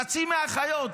חצי מהאחיות,